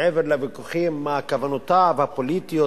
מעבר לוויכוחים מה כוונותיו הפוליטיות,